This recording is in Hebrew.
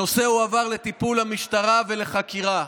הנושא הועבר לטיפול המשטרה ולחקירה.